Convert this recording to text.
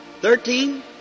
Thirteen